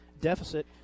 deficit